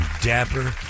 dapper